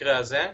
במקרה הזה.